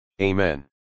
Amen